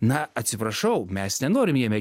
na atsiprašau mes nenorim jame